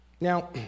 Now